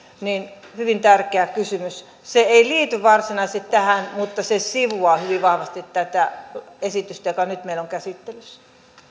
hyvin tärkeä kysymys se ei liity varsinaisesti tähän mutta se sivuaa hyvin vahvasti tätä esitystä joka nyt meillä on käsittelyssä